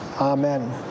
Amen